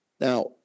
Now